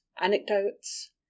anecdotes